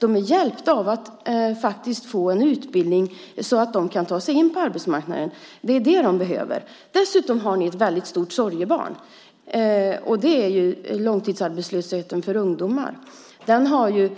De är hjälpta av att få en utbildning så att de kan ta sig in på arbetsmarknaden. Det är det de behöver. Dessutom har ni ett stort sorgebarn, och det är långtidsarbetslösheten för ungdomar. Den har